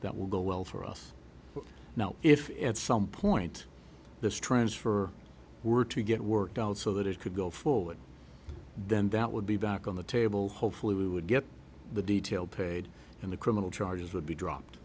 that will go well for us now if at some point this transfer were to get worked out so that it could go forward then that would be back on the table hopefully we would get the detail paid and the criminal charges would be dropped